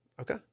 Okay